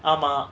ஆமா:aama